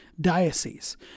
diocese